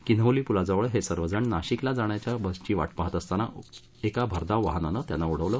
किन्हवली पुलाजवळ हे सर्वजण नाशिकला जाण्यासाठी बसची वाट पाहात उभे असताना एका भरधाव वाहनानं त्यांना उडवलं